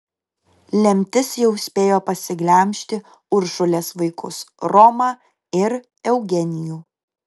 lemtis jau spėjo pasiglemžti uršulės vaikus romą ir eugenijų